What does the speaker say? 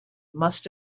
must